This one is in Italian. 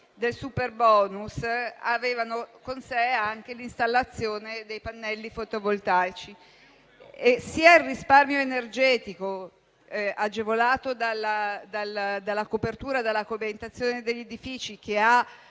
del superbonus avevano con sé anche l'installazione dei pannelli fotovoltaici. Sia il risparmio energetico agevolato dalla copertura, dalla coibentazione degli edifici, che ha